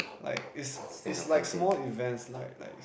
like it's it's like small events like like